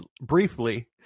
briefly